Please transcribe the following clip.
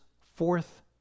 fourth